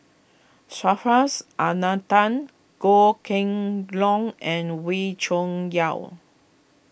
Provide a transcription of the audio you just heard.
Subhas Anandan Goh Kheng Long and Wee Cho Yaw